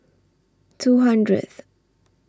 two hundredth